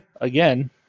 again